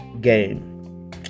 game